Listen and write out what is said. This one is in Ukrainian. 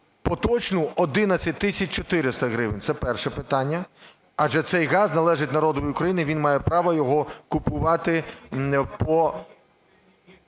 поточну 11 тисяч 400 гривень? Це перше питання. Адже цей газ належить народові України, він має право його купувати по